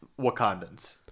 wakandans